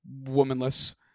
womanless